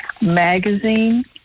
magazine